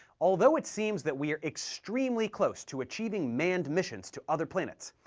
although it seems that we are extremely close to achieving manned missions to other planets,